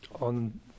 on